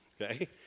Okay